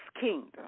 kingdom